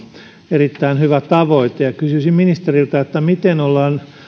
erittäin hyvä tavoite kysyisin ministeriltä miten ollaan